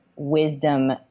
Wisdom